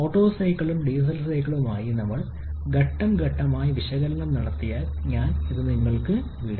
auto സൈക്കിളിനും diesel സൈക്കിളിനുമായി ഞങ്ങൾ ഘട്ടം ഘട്ടമായി വിശകലനം നടത്തിയതിനാൽ ഞാൻ ഇത് നിങ്ങൾക്ക് വിടുന്നു